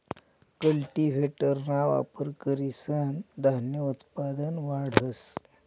कल्टीव्हेटरना वापर करीसन धान्य उत्पादन वाढस